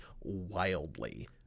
wildly